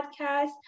podcast